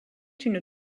une